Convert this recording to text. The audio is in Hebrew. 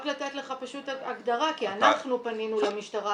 רק לתת לך פשוט הגדרה כי אנחנו פנינו למשטרה